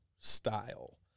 style